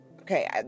okay